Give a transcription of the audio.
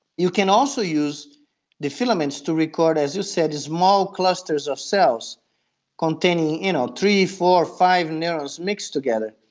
you can also use the filaments to record, as you said, small clusters of cells containing you know three, four, five neurons mixed together,